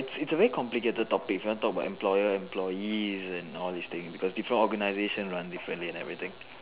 it's a very complicated topic if you want to talk about employer employee and all these things because different organisations run differently and everything